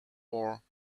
war